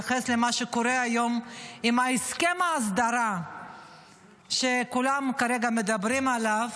אני אתייחס למה שקורה היום עם הסכם ההסדרה שכולם כרגע מדברים עליו.